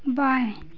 बाएँ